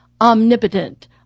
omnipotent